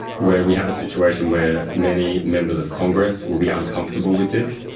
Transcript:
where we have a situation where many members of congress will be uncomfortable with this,